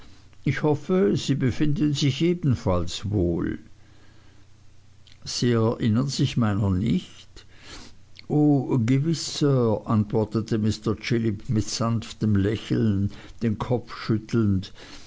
ich hoffe sie befinden sich ebenfalls wohl sie erinnern sich meiner nicht o gewiß sir antwortete mr chillip mit sanftem lächeln den kopf schüttelnd